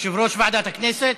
יושב-ראש ועדת הכנסת,